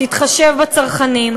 תתחשב בצרכנים,